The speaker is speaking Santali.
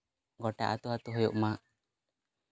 ᱜᱳᱴᱟ ᱟᱛᱳ ᱟᱛᱳ ᱦᱩᱭᱩᱜ ᱢᱟ